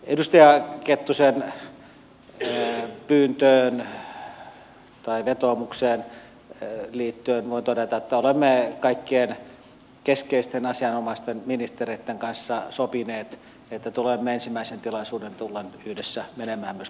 edustaja kettusen pyyntöön tai vetoomukseen liittyen voin todeta että olemme kaikkien keskeisten asianomaisten ministereitten kanssa sopineet että tulemme ensimmäisen tilaisuuden tullen yhdessä menemään myös paikan päälle